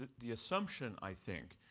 the assumption, i think,